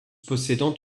possédant